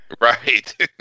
right